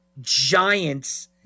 giants